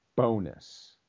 bonus